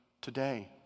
today